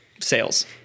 sales